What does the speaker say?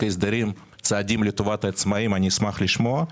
ההסדרים צעדים לטובת העצמאיים אשמח לשמוע.